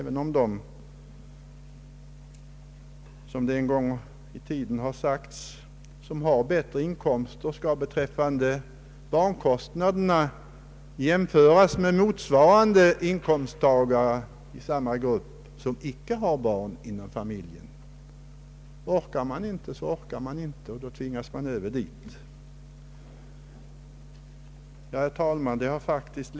Det har en gång sagts att de som har bättre inkomster skall, beträffande barnkostnaderna, jämföras med inkomsttagare i samma grupp som inte har barn inom familjen. Men orkar man inte fullfölja den principen, så måste man komplettera de generella höjningarna med ett särskilt stöd åt dem, som har det svårast. Herr talman!